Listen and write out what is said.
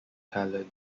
talent